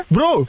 Bro